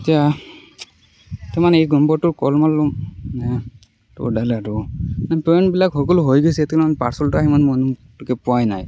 এতিয়া মানে এই নম্বৰটো ক'ল মাৰলোঁ টডেল আৰু পেমেণ্টবিলাক সকলো হৈ গৈছে তেনেহ'লে পাৰ্চেলটো আহি মই মানে পোৱাই নাই